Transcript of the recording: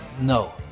no